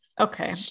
Okay